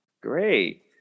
Great